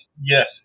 yes